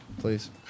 Please